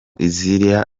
izira